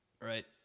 right